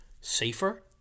safer